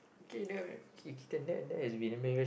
K the K K that that is being embarrassing